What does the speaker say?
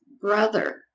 brother